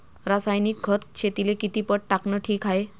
रासायनिक खत शेतीले किती पट टाकनं ठीक हाये?